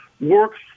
works